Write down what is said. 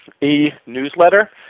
e-newsletter